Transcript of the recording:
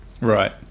Right